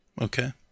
Okay